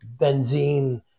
benzene